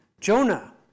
Jonah